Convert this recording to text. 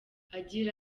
agira